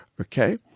okay